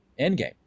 Endgame